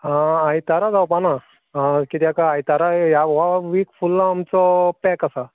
आयतारा जावपा ना किद्याक आयतारा या व्हो वीक फुल्ल आमचो पॅक आसा